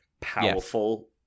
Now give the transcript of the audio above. powerful